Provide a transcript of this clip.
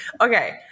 Okay